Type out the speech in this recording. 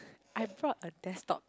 I brought a desktop